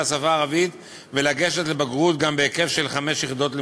השפה הערבית ולגשת לבגרות גם בהיקף של חמש יחידות לימוד.